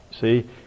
See